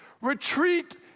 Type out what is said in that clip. Retreat